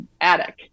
attic